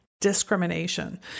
Discrimination